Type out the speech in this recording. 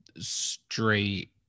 straight